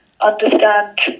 understand